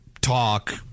talk